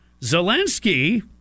Zelensky